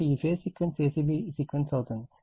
కాబట్టి ఈ phase sequence a c b sequence అవుతుంది